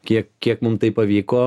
kiek kiek mum tai pavyko